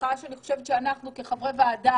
ואנחנו כחברי ועדה,